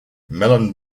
mellon